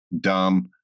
dumb